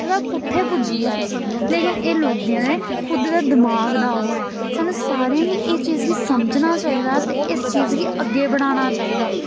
उत्थें दा कु'त्थै पुज्जी जाए लेकिन एह् लोकें दे खुद दा दमाग दा ओह् ऐ सानूं सारें गी एह् चीज गी समझना चाहिदा ते इस चीज गी अग्गें बढ़ाना चाहिदा